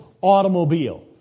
automobile